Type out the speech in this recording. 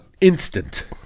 Instant